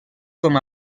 com